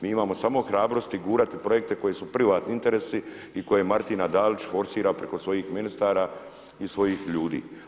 Mi imamo samo hrabrosti gurati projekte koji su privatni interesi i koje Martina Dalić forsira preko svojih ministara i svojih ljudi.